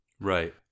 Right